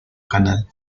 canal